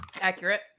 Accurate